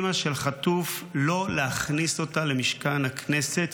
אימא של חטוף, לא להכניס אותה למשכן הכנסת?